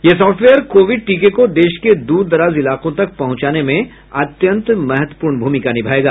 यह software Covid टीके को देश के दूर दराज इलाकों तक पहुंचाने में अत्यन्त महत्वपूर्ण भूमिका निभाएगा